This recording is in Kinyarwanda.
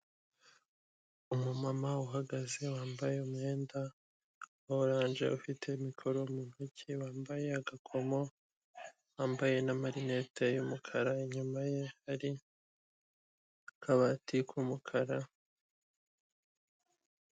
Umumama uhagaze wambaye umwenda wa oranje ufite mikoro muntoki, wambaye agakomo wambaye namarinete y'umukara inyuma ye hari akabati k'umukara.